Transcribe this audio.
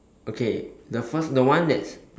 okay the first the one that's